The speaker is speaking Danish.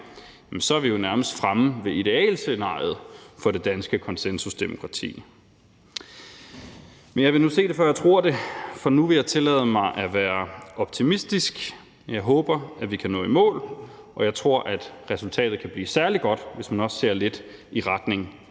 så er vi jo nærmest fremme ved idealscenariet for det danske konsensusdemokrati. Men jeg vil nu se det, før jeg tror det. For nærværende vil jeg tillade mig at være optimistisk. Jeg håber, vi kan nå i mål, og jeg tror, at resultatet kan blive særlig godt, hvis man også ser lidt i retning